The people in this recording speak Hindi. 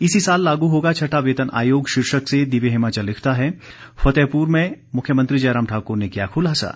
इसी साल लागू होगा छठा वेतन आयोग शीर्षक से दिव्य हिमाचल लिखता है फतेहपुर में मुख्यमंत्री जयराम ठाकुर ने किया खुलासा